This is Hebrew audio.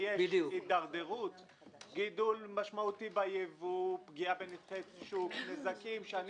0.25 ÇIMSA ÇIMENTO SANAYI VE TICARET A.S. (טורקיה)